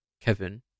Kevin